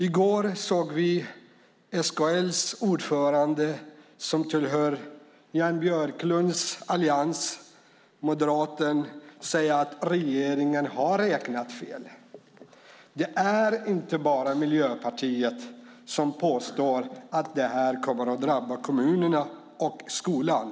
I går hörde vi SKL:s ordförande, som är moderat och tillhör Jan Björklunds allians, säga att regeringen har räknat fel. Det är inte bara Miljöpartiet som påstår att detta kommer att drabba kommunerna och skolan.